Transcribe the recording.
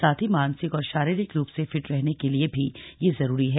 साथ मानसिक और शाररिक रूप से फिट रहने के लिए भी यह जरूरी है